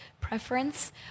preference